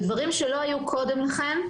אלו דברים שלא היו קודם לכן,